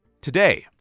Today